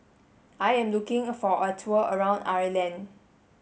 I am looking for a tour around Ireland